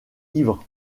ivre